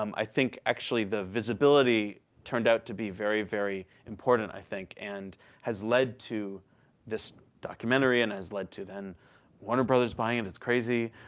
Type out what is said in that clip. um i think actually the visibility turned out to be very, very important, i think, and has led to this documentary and has led to then warner brothers buying it. and it's crazy.